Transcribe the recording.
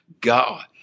God